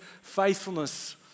faithfulness